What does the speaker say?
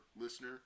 listener